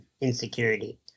insecurity